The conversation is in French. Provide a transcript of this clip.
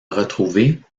retrouvée